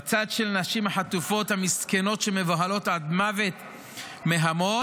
בצד של הנשים החטופות המסכנות שמבוהלות עד מוות מההמון,